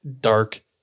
dark